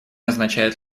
означает